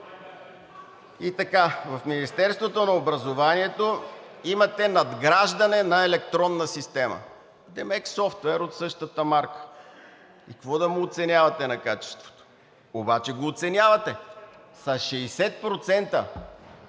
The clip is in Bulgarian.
И така, в Министерството на образованието имате надграждане на електронна система. Тоест софтуер от същата марка. Какво да му оценявате на качеството? Обаче го оценявате с 60%,